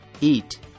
eat